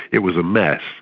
it was a mess.